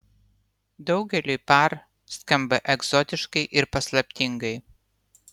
daugeliui par skamba egzotiškai ir paslaptingai